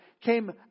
came